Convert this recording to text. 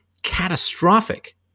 catastrophic